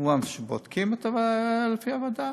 כמובן בודקים את זה לפי הוועדה,